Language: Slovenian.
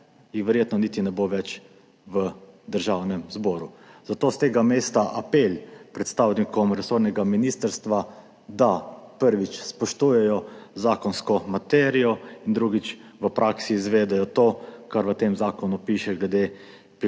prehrane, niti ne bo več v Državnem zboru. Zato s tega mesta apel predstavnikom resornega ministrstva, da, prvič, spoštujejo zakonsko materijo, in drugič, v praksi izvedejo to, kar v tem zakonu piše glede pilotnega